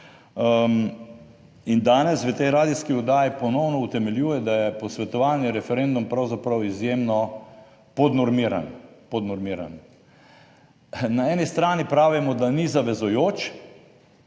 In danes v tej radijski oddaji ponovno utemeljuje, da je posvetovalni referendum pravzaprav izjemno podnormiran, podnormiran. Na eni strani pravimo, da ni zavezujoč.